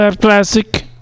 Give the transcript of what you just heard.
Classic